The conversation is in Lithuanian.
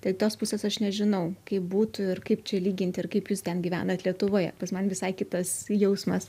tai tos pusės aš nežinau kaip būtų ir kaip čia lyginti ir kaip jūs ten gyvenat lietuvoje pas man visai kitas jausmas